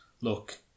look